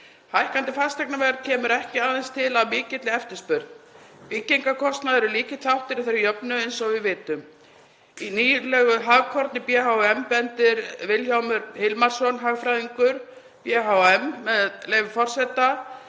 Hækkandi fasteignaverð kemur ekki aðeins til af mikilli eftirspurn. Byggingarkostnaður er lykilþáttur í þeirri jöfnu, eins og við vitum. Í nýlegu Hagkorni BHM bendir Vilhjálmur Hilmarsson, hagfræðingur BHM, á, með leyfi forseta,